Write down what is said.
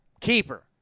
Keeper